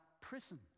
prison